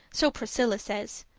so priscilla says.